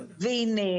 והנה,